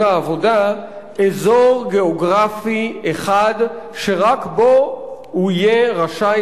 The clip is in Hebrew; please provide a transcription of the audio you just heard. העבודה אזור גיאוגרפי אחד שרק בו הוא יהיה רשאי